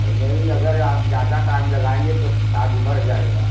नहीं नहीं अगर आप ज़्यादा टाइम लगाएंगे तो चार्ज बढ़ जाएगा